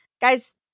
Guys